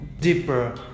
deeper